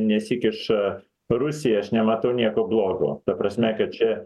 nesikiša rusija aš nematau nieko blogo ta prasme kad čia